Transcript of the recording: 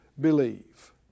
believe